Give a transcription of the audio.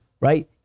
right